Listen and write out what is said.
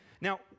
Now